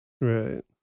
Right